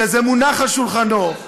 שזה מונח על שולחנו,